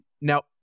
now